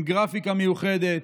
עם גרפיקה מיוחדת,